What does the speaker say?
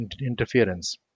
interference